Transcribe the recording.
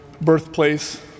birthplace